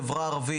חברה ערבית,